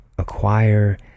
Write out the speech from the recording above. Acquire